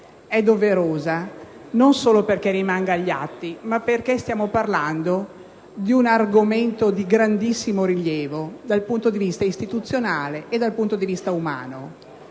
è doverosa non solo perché rimanga agli atti, ma perché stiamo parlando di un argomento di grandissimo rilievo dal punto di vista istituzionale ed umano.